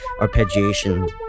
arpeggiation